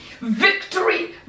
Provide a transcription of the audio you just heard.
Victory